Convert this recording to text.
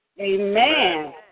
Amen